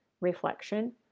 reflection